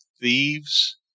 thieves